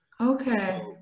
Okay